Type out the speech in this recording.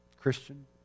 Christian